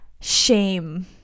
shame